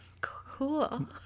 Cool